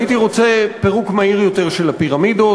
הייתי רוצה פירוק מהיר יותר של הפירמידות,